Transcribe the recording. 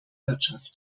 wirtschaft